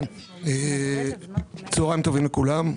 כן, צהריים טובים לכולם.